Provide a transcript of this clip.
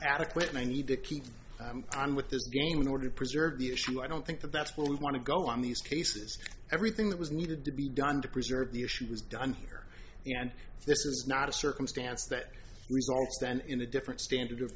adequately i need to keep on with this game in order to preserve the issue i don't think that that's where we want to go on these cases everything that was needed to be done to preserve the issue was done here and this is not a circumstance that result in a different standard of